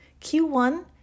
Q1